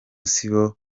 sibo